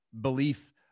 belief